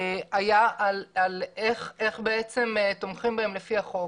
היה איך תומכים בהם לפי החוק.